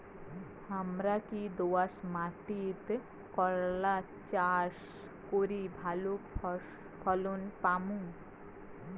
হামরা কি দোয়াস মাতিট করলা চাষ করি ভালো ফলন পামু?